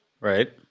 Right